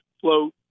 float